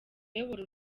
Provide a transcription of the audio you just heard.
ayobora